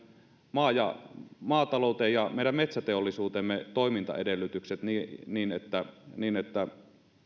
maataloutemme ja meidän metsäteollisuutemme toimintaedellytykset niin että niin että